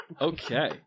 Okay